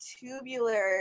tubular